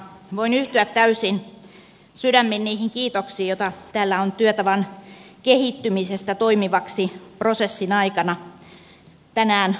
voin yhtyä täysin sydämin niihin kiitoksiin joita täällä on työtavan kehittymisestä toimivaksi prosessin aikana tänään annettu